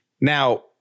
Now